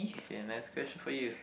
okay next question for you